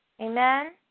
amen